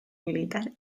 militar